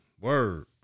Word